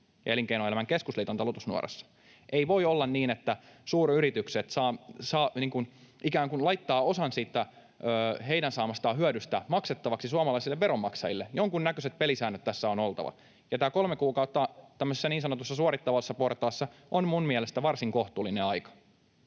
Elinkeinoelämän keskusliiton talutusnuorassa? Ei voi olla niin, että suuryritykset ikään kuin laittavat osan siitä heidän saamastaan hyödystä maksettavaksi suomalaisille veronmaksajille. Jonkunnäköiset pelisäännöt tässä on oltava. Tämä kolme kuukautta tämmöisessä niin sanotussa suorittavassa portaassa on minun mielestäni varsin kohtuullinen aika.